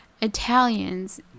italians